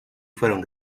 fueron